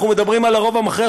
אנחנו מדברים על הרוב המכריע.